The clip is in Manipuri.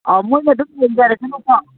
ꯑꯧ ꯃꯣꯏꯅ ꯑꯗꯨꯝ ꯌꯦꯡꯖꯔꯁꯅꯨꯀꯣ